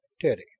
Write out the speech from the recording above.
teddy